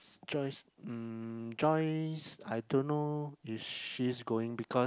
Joyce mm Joyce I don't know if she's going because